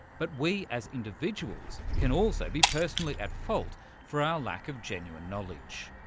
but we as individuals can also be personally at fault for our lack of genuine knowledge.